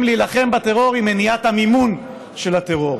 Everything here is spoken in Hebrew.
להילחם בטרור היא מניעת המימון של הטרור.